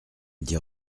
dit